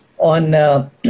on